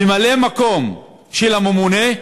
ממלא-מקום של הממונה,